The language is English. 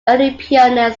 pioneer